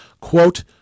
quote